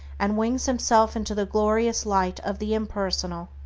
and wings himself into the glorious light of the impersonal,